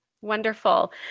Wonderful